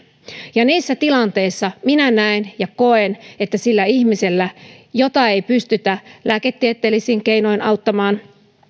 ja niissä tilanteissa minä näen ja koen että sillä ihmisellä jota ei pystytä lääketieteellisin keinoin auttamaan